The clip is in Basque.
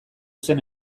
zen